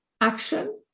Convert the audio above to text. action